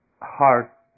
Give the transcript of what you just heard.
heart